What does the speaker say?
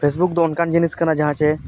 Facebook ᱫᱚ ᱚᱱᱠᱟᱱ ᱡᱤᱱᱤᱥ ᱠᱟᱱᱟ ᱡᱟᱦᱟᱸ ᱪᱮ